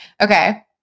Okay